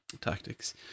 tactics